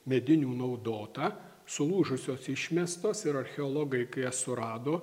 medinių naudota sulūžusios išmestos ir archeologai surado